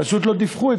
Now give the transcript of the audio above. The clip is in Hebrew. פשוט לא דיווחו,